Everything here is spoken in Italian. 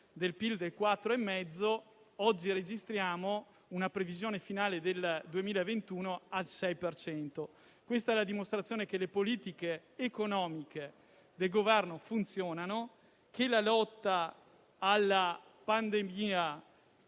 cento, mentre oggi registriamo una previsione finale del 2021 al 6 per cento. Questa è la dimostrazione che le politiche economiche del Governo funzionano e che la lotta alla pandemia